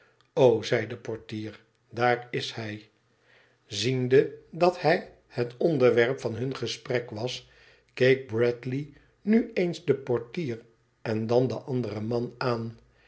o zei de portier daar is hij ziende dat hij het onderwerp van hun gesprek was keek bradley nu eens den portier en dan den anderen man aan